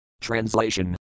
Translation